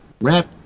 wrap